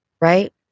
right